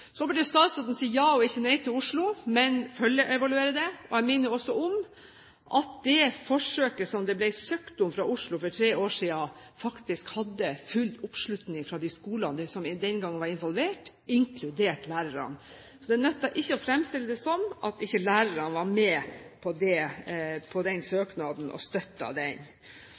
Så burde statsråden si ja og ikke nei til Oslo, men følgeevaluere det. Jeg minner også om at det forsøket som det ble søkt om fra Oslo for tre år siden, faktisk hadde full oppslutning fra de skolene som den gang var involvert, inkludert lærerne. Det nytter ikke å fremstille det som om lærerne ikke var med på den søknaden og støttet den.